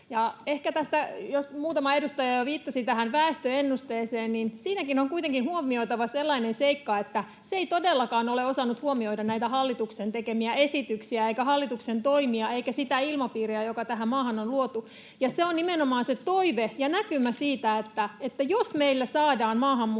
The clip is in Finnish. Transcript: Muutama edustaja jo viittasi tähän väestöennusteeseen, niin siinäkin on kuitenkin huomioitava sellainen seikka, että se ei todellakaan ole osannut huomioida näitä hallituksen tekemiä esityksiä eikä hallituksen toimia eikä sitä ilmapiiriä, joka tähän maahan on luotu — ja se on nimenomaan se toive ja näkymä siitä, että jos meille saadaan maahanmuuttajia